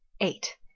eight